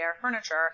furniture